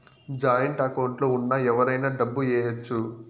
joint account లో ఉన్న ఎవరైనా డబ్బు ఏయచ్చు